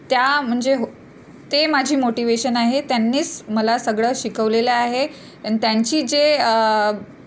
त्या म्हणजे हो ते माझी मोटिवेशन आहे त्यांनीच मला सगळं शिकवलेलं आहे आणि त्यांची जे